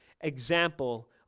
example